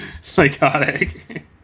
psychotic